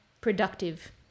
productive